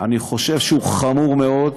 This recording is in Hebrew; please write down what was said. אני חושב שהוא חמור מאוד.